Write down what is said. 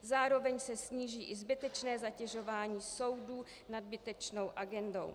Zároveň se sníží i zbytečné zatěžování soudů nadbytečnou agendou.